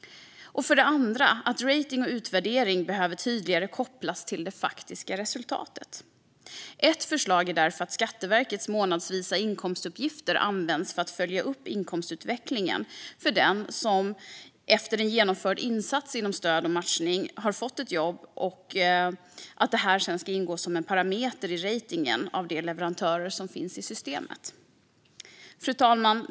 Den andra slutsatsen är att rating och utvärdering tydligare behöver kopplas till det faktiska resultatet. Ett förslag är därför att Skatteverkets månadsvisa inkomstuppgifter ska användas för att följa upp inkomstutvecklingen för den som efter genomförd insats inom Stöd och matchning har fått ett jobb och att detta sedan ska ingå som en parameter i ratingen av de leverantörer som finns i systemet. Fru talman!